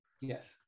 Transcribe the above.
Yes